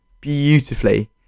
beautifully